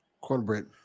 cornbread